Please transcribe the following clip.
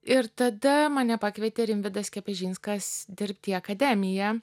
ir tada mane pakvietė rimvydas kepežinskas dirbt į akademiją